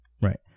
Right